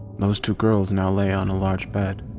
those two girls now lay on a large bed,